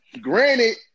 Granted